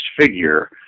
figure